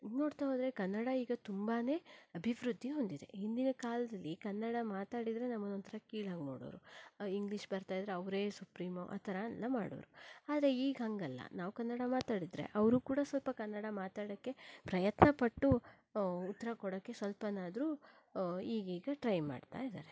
ನೋಡ್ತಾ ಹೋದರೆ ಕನ್ನಡ ಈಗ ತುಂಬಾನೇ ಅಭಿವೃದ್ಧಿ ಹೊಂದಿದೆ ಹಿಂದಿನ ಕಾಲದಲ್ಲಿ ಕನ್ನಡ ಮಾತಾಡಿದರೆ ನಮ್ಮನ್ನು ಒಂಥರ ಕೀಳಾಗಿ ನೋಡೋರು ಇಂಗ್ಲೀಷ್ ಬರ್ತಾ ಇದ್ದರೆ ಅವರೇ ಸುಪ್ರೀಮ್ ಆ ಥರ ಎಲ್ಲ ಮಾಡೋರು ಆದರೆ ಈಗ ಹಾಗಲ್ಲ ನಾವು ಕನ್ನಡ ಮಾತಾಡಿದರೆ ಅವರು ಕೂಡ ಸ್ವಲ್ಪ ಕನ್ನಡ ಮಾತಾಡೋಕ್ಕೆ ಪ್ರಯತ್ನಪಟ್ಟು ಉತ್ತರ ಕೊಡೋಕ್ಕೆ ಸ್ವಲ್ಪನಾದರೂ ಈಗೀಗ ಟ್ರೈ ಮಾಡ್ತಾ ಇದ್ದಾರೆ